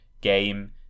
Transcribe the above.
game